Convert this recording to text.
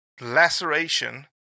laceration